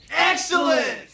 Excellent